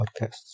podcasts